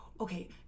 okay